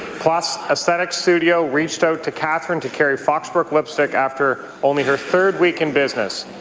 plush esthetics studio reached out to catherine to carry foxbrook lipstick after only her third week in business.